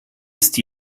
ist